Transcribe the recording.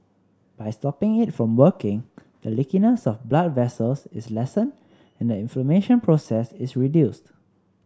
by stopping it from working the leakiness of blood vessels is lessened and the inflammation process is reduced